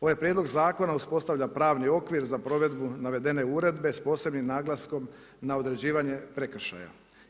Ovaj prijedlog zakon uspostavlja pravni okvir za provedbu navedene uredbe sa posebnim naglaskom na određivanje prekršaja.